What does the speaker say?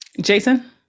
Jason